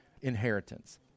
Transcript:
inheritance